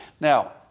Now